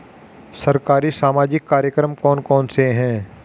सरकारी सामाजिक कार्यक्रम कौन कौन से हैं?